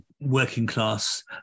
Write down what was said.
working-class